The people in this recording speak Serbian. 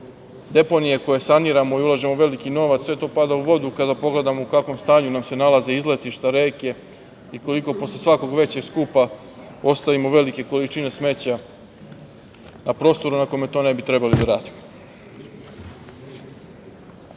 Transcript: deponije koje saniramo i ulažemo veliki novac, sve to pada u vodu, kada pogledamo u kakvom stanju nam se nalaze izletišta i reke i koliko posle svakog većeg skupa, ostavimo velike količine smeća na prostoru na kome to ne bi trebalo da radimo. Još